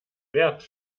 wert